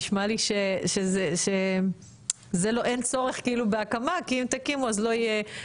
נשמע לי שאין צורך כאילו בהקמה כי אם תקימו אז לא יהיה,